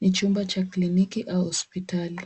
Ni chumba cha kliniki au hospitali.